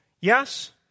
Yes